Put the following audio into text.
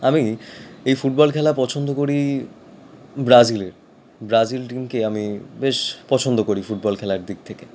আমি এই ফুটবল খেলা পছন্দ করি ব্রাজিলের ব্রাজিল টিমকে আমি বেশ পছন্দ করি ফুটবল খেলার দিক থেকে